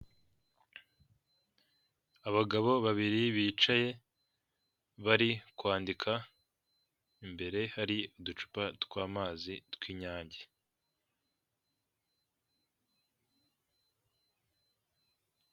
Abagabo babiri bicaye bari kwandika, imbere hari uducupa tw'amazi tw'Inyange.